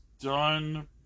done